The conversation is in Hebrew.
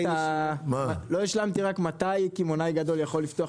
לא השלמתי רק מתי קמעונאי גדול יכול לפתוח